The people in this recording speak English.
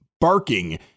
barking